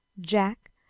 jack